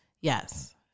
Yes